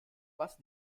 was